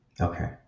Okay